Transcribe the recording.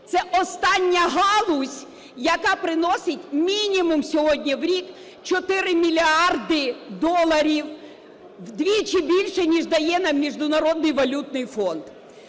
Це остання галузь, яка приносить, мінімум, сьогодні в рік 4 мільярда доларів, вдвічі більше, ніж дає нам Міжнародний валютний фонд.